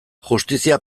justizia